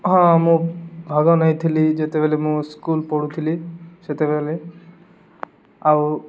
ହଁ ମୁଁ ଭାଗ ନେଇଥିଲି ଯେତେବେଳେ ମୁଁ ସ୍କୁଲ ପଢ଼ୁଥିଲି ସେତେବେଳେ ଆଉ